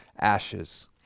ashes